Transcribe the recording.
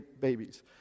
babies